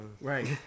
right